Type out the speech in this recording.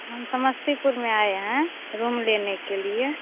हम समस्तीपुर में आए हैं रूम लेने के लिए